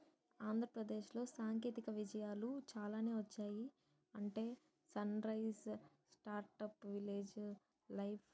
ఆంధ్రప్రదేశ్లో సాంకేతిక విజయాలు చాలానే వచ్చాయి అంటే సన్రైస్ స్టార్ట్అప్ విలేజు లైఫ్